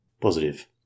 Positive